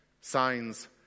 signs